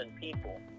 people